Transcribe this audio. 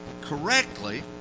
correctly